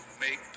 make